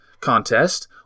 contest